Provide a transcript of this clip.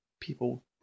people